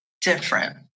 different